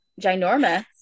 Ginormous